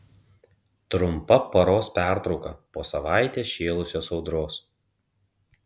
trumpa paros pertrauka po savaitę šėlusios audros